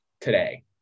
today